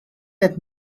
qed